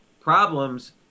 problems